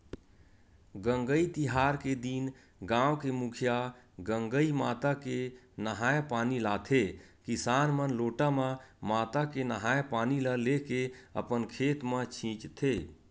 गंगई तिहार के दिन गाँव के मुखिया गंगई माता के नंहाय पानी लाथे किसान मन लोटा म माता के नंहाय पानी ल लेके अपन खेत म छींचथे